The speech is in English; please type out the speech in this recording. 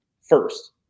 first